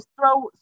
throw